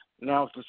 Now